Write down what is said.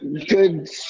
good